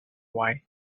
why